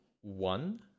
one